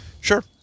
Sure